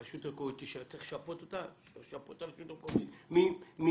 אם צריך לשפות את הרשות המקומית, ישפו אותה.